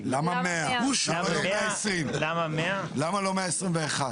120. למה לא 121?